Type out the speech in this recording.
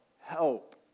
help